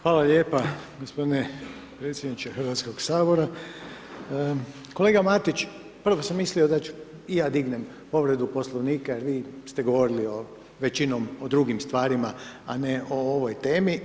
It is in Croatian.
Hvala lijepa gospodine predsjedniče Hrvatskog sabora, kolega Matić prvo sam mislio da i ja dignem povredu Poslovnika jer vi ste govorili većinom o drugim stvarima, a ne o ovoj temi.